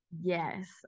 Yes